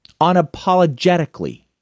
unapologetically